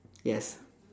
yes